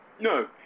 No